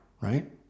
right